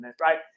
right